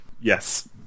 yes